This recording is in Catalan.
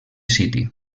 city